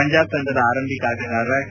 ಪಂಜಾಬ್ ತಂಡದ ಆರಂಭಿಕ ಆಟಗಾರ ಕೆ